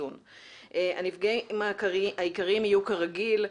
הנפגעים העיקריים יהיו כרגיל,